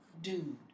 Dude